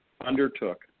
undertook